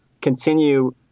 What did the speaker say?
continue